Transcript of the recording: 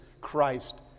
Christ